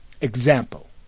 example